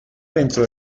dentro